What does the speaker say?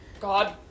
God